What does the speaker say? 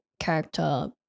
character